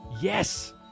Yes